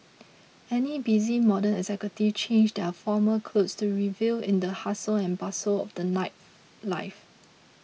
any busy modern executives change their formal clothes to revel in the hustle and bustle of the Life life